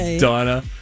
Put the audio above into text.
Donna